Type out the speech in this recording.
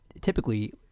typically